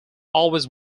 always